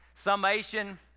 Summation